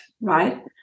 right